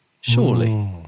surely